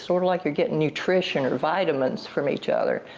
sort of like you're getting nutrition or vitamins from each other.